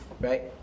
right